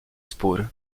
spór